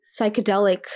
psychedelic